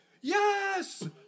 Yes